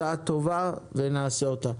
הצעה טובה ונעשה אותה.